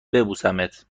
ببوسمت